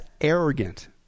arrogant